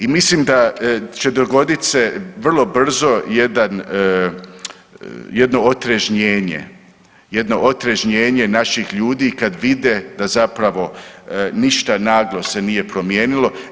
I mislim da će dogodit se vrlo brzo jedno otrežnjenje, jedno otrežnjenje naših ljudi kad vide da zapravo ništa naglo se nije promijenilo.